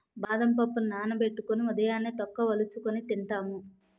బాదం పప్పుని నానబెట్టుకొని ఉదయాన్నే తొక్క వలుచుకొని తింటాము